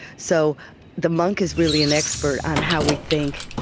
so the monk is really an expert on how we think,